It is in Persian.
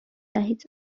دهید